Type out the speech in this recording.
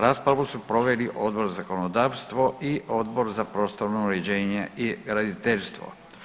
Raspravu su proveli Odbor za zakonodavstvo i Odbor za prostorno uređenje i graditeljstvo.